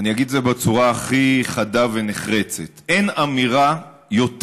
אני אגיד את זה בצורה הכי חדה ונחרצת: אין אמירה יותר